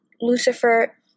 Lucifer